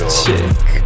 chick